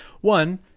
One